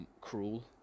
cruel